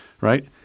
right